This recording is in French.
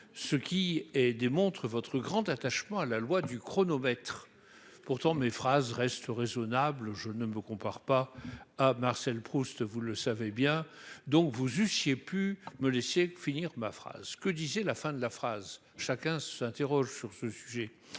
ce qui démontre votre grand attachement à la loi du chronomètre. Pourtant mes phrases restent raisonnables- je ne me compare pas à Marcel Proust, vous le savez bien. Vous eussiez donc pu me laisser finir ma phrase. Que disait la fin de la phrase ? Chacun s'interroge à ce sujet.